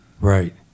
Right